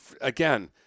again